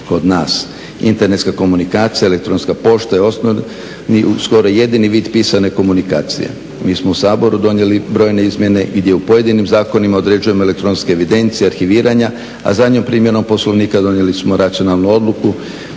kod nas. Internetska komunikacija, elektronska pošta …/Govornik se ne razumije./… skoro jedini vid pisane komunikacije. Mi smo u Saboru donijeli brojne izmjene, gdje u pojedinim zakonima određujemo elektronske evidencije, arhiviranja, a zadnjom primjenom Poslovnika donijeli smo racionalnu odluku